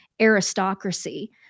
aristocracy